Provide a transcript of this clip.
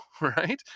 right